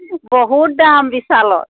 বহুত দাম বিশালত